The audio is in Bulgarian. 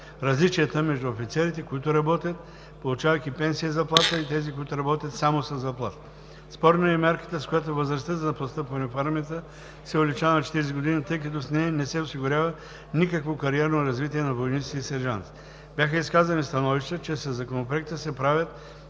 различията между офицерите, които работят, получавайки пенсия и заплата и тези, които работят само със заплата. Спорна е и мярката, с която възрастта за постъпване в армията се увеличава на 40 години, тъй като с нея не се осигурява никакво кариерно развитие на войниците и сержантите. Бяха изказани и становища, че със Законопроекта се правят